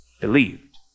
believed